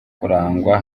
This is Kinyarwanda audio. kurangwa